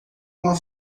uma